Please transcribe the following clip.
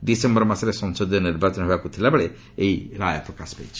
December ମାସରେ ସଂସଦୀୟ ନିର୍ବାଚନ ହେବାକୁ ଥିବାବେଳେ ଏହି ରାୟ ପ୍ରକାଶ ପାଇଛି